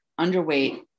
underweight